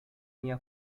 minha